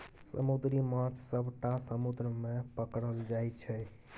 समुद्री माछ सबटा समुद्र मे पकरल जाइ छै